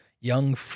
young